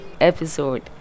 episode